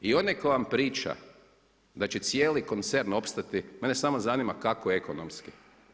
I onaj tko vam priča da će cijeli koncern opstati, mene samo zanima, kako ekonomski?